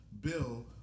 Bill